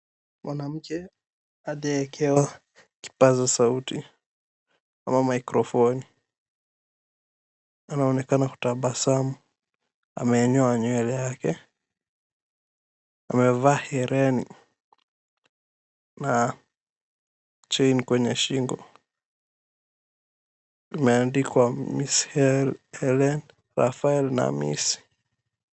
Mwanamke aliyewekewa kipaza sauti, ama microphone ,anaonekana kutabasamu. Amenyoa nywele yake, amevaa hereni na chain kwenye shingo. Imeandikwa "Ms Helen Raphael Namisi".